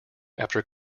after